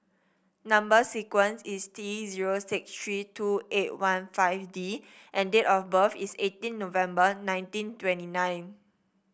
number sequence is T zero six three two eight one five D and date of birth is eighteen November nineteen twenty nine